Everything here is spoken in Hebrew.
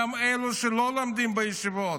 גם לאלה שלא לומדים בישיבות,